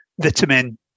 vitamin